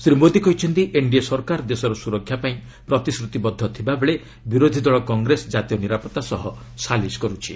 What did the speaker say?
ଶ୍ରୀ ମୋଦି କହିଛନ୍ତି ଏନ୍ଡିଏ ସରକାର ଦେଶର ସୁରକ୍ଷା ପାଇଁ ପ୍ରତିଶ୍ରତିବଦ୍ଧ ଥିବାବେଳେ ବିରୋଧୀ ଦଳ କଂଗ୍ରେସ ଜାତୀୟ ନିରାପତ୍ତା ସହ ସାଲିସ କରୁଛି